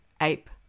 ape